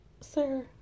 Sir